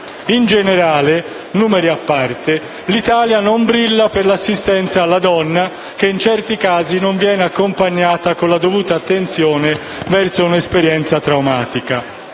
In generale, numeri a parte, l'Italia non brilla per l'assistenza alla donna, che in certi casi non viene accompagnata con la dovuta attenzione verso un'esperienza traumatica.